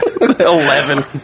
Eleven